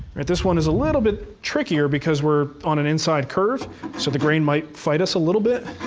this one is a little bit trickier, because we're on an inside curve, so the grain might fight us a little bit.